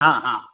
हा हा